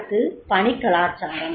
அடுத்தது பணி கலாச்சாரம்